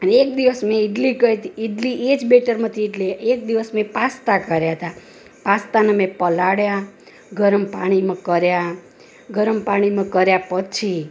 એક દિવસ મેં ઈડલી કયતી ઈડલી એ જ બેટરમાં હતી એટલે એક દિવસ મેં પાસ્તા કર્યા હતા પાસ્તાને મેં પલાળ્યા ગરમ પાણીમાં કર્યા ગરમ પાણીમાં કર્યા પછી